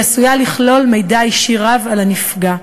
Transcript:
והיא עשויה לכלול מידע אישי רב על הנפגע.